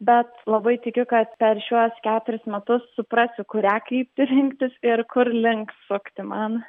bet labai tikiu kad per šiuos keturis metus suprasiu kurią kryptį rinktis ir kurlink sukti man